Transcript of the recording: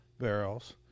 barrels